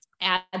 add